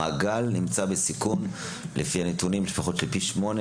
המעגל נמצא בסיכון לפחות של פי שמונה,